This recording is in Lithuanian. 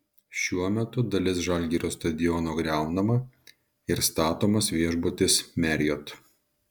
šiuo metu dalis žalgirio stadiono griaunama ir statomas viešbutis marriott